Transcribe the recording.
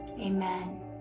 amen